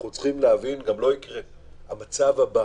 אנחנו צריכים להבין: המצב הבא